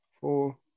four